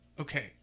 Okay